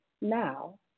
Now